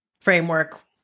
framework